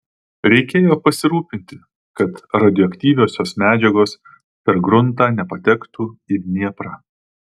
reikėjo pasirūpinti kad radioaktyviosios medžiagos per gruntą nepatektų į dnieprą